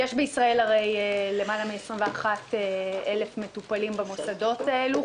יש בישראל יותר מ-21,000 מטופלים במוסדות האלה,